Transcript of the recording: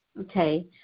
Okay